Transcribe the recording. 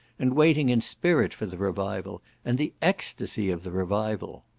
and waiting in spirit for the revival? and the extacy of the revival?